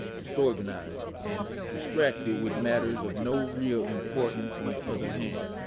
disorganized, and distracted with matters of no real importance on the other hand.